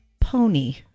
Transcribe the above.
Pony